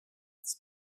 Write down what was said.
στις